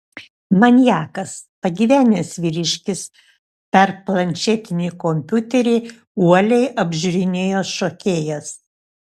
maniakas pagyvenęs vyriškis per planšetinį kompiuterį uoliai apžiūrinėjo šokėjas